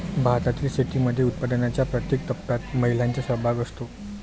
भारतातील शेतीमध्ये उत्पादनाच्या प्रत्येक टप्प्यात महिलांचा सहभाग असतो